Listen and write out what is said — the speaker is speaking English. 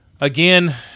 Again